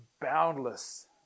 boundless